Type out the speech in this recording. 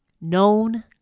known